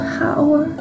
power